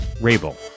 Rabel